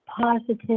positive